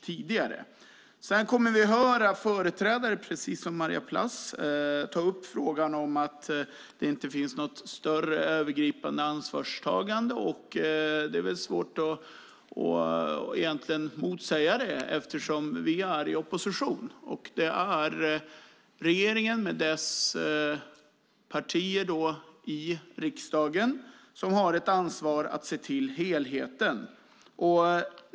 Senare kommer vi att höra företrädare precis som Maria Plass ta upp frågan om att det inte finns något större övergripande ansvarstagande. Det är väl svårt att motsäga det eftersom vi är i opposition. Det är regeringen och de partierna i riksdagen som har ansvar för att se till helheten.